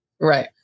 Right